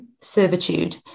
servitude